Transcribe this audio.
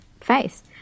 face